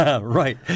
Right